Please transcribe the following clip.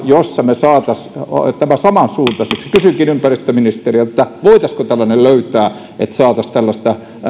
jossa me saisimme nämä samansuuntaiseksi kysynkin ympäristöministeriltä voitaisiinko tällainen löytää että saataisiin tällaista